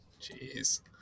Jeez